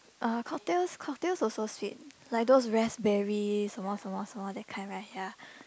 uh cocktails cocktails also sweet like those raspberry 什么什么什么 that kind right ya